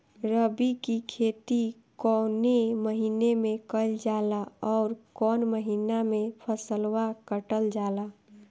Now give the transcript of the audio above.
रबी की खेती कौने महिने में कइल जाला अउर कौन् महीना में फसलवा कटल जाला?